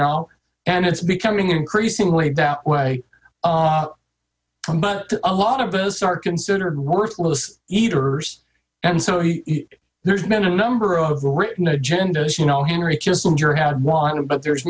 know and it's becoming increasingly that way but a lot of us are considered worthless eaters and so he there's been a number of the written agendas you know henry kissinger had won but there's